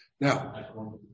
Now